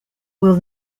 will